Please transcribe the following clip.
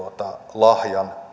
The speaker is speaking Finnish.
lahjana